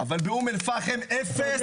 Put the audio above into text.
אבל באום אל-פאחם אפס, וזה במשמרת שלך.